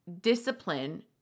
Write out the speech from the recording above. discipline